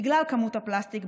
בגלל כמות הפלסטיק,